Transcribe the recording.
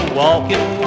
walking